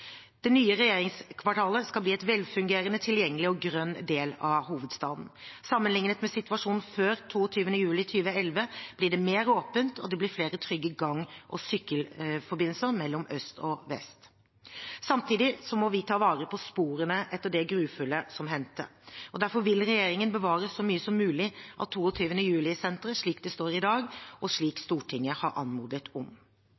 Det nye regjeringskvartalet skal bli en velfungerende, tilgjengelig og grønn del av hovedstaden. Sammenlignet med situasjonen før 22. juli 2011, blir det mer åpent, og det blir flere trygge gang- og sykkelforbindelser mellom øst og vest. Samtidig må vi ta vare på sporene etter det grufulle som hendte. Derfor vil regjeringen bevare så mye som mulig av 22. juli-senteret slik det står i dag, og slik Stortinget har anmodet om.